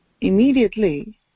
Immediately